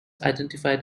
identified